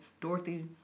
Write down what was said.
Dorothy